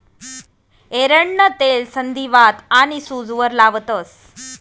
एरंडनं तेल संधीवात आनी सूजवर लावतंस